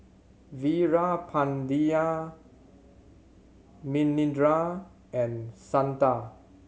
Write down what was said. Veerapandiya Manindra and Santha